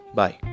bye